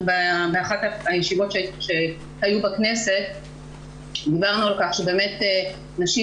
באחת הישיבות שהיו בכנסת דיברנו על כך שבאמת נשים